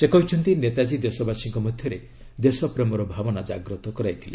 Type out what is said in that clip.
ସେ କହିଛନ୍ତି ନେତାଜ୍ଞୀ ଦେଶବାସୀଙ୍କ ମଧ୍ୟରେ ଦେଶପ୍ରେମର ଭାବନା ଜାଗ୍ରତ କରାଇଥିଲେ